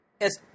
Yes